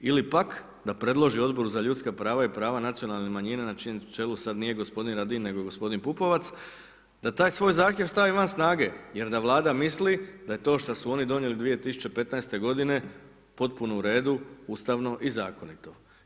Ili pak da predloži Odboru za ljudska prava i prava nacionalnih manjina na čijem čelu sad nije gospodin Radin, nego gospodin Pupovac, da taj svoj zahtjev stavi van snage, jer da Vlada misli da je to što su oni donijeli 2015. godine potpuno u redu, ustavno i zakonito.